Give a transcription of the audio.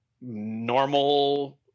normal